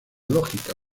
lógica